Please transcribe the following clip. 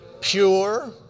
Pure